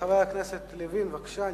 חבר הכנסת לוין, בבקשה.